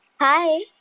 Hi